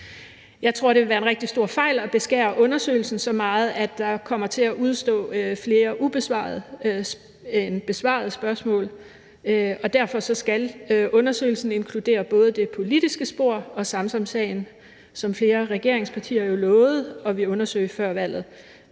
Jeg tror, det vil være en rigtig stor fejl at beskære undersøgelsen så meget, at der kommer til at udestå flere ubesvarede spørgsmål end besvarede spørgsmål, og derfor skal undersøgelsen inkludere både det politiske spor og Samsamsagen, som flere regeringspartier jo lovede at ville undersøge før valget.